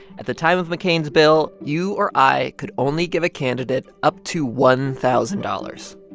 at the time of mccain's bill, you or i could only give a candidate up to one thousand dollars.